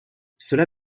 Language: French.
cela